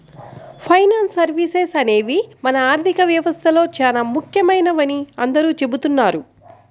finance services అనేవి మన ఆర్థిక వ్యవస్థలో చానా ముఖ్యమైనవని అందరూ చెబుతున్నారు